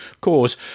cause